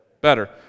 better